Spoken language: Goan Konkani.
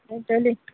मेळटली